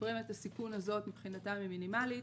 שפרמיית הסיכון הזאת מבחינתם היא מינימאלית.